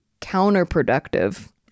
counterproductive